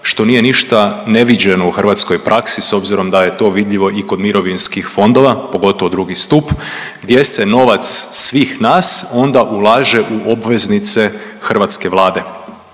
što nije ništa neviđeno u hrvatskoj praksi s obzirom da je to vidljivo i kod mirovinskih fondova, pogotovo drugi stup gdje se novac svih nas onda ulaže u obveznice hrvatske Vlade.